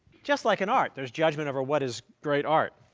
just like in art there's judgment over what is great art.